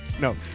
No